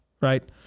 right